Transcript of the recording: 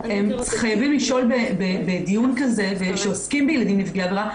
חייבים לשאול בדיון כזה כשעוסקים בילדים נפגעי עבירה,